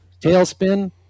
Tailspin